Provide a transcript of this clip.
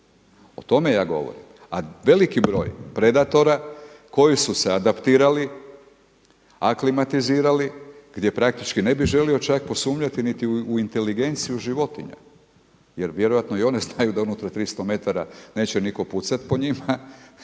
O tome ja govorim. A veliki broj predatora koji su se adaptirali, aklimatizirali gdje praktički ne bih želio čak posumnjati niti u inteligenciju životinja jer vjerojatno i one znaju da unutar 300 metara neće nitko pucati po njima,